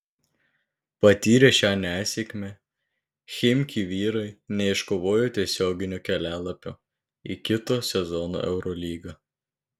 patyrę šią nesėkmę chimki vyrai neiškovojo tiesioginio kelialapio į kito sezono eurolygą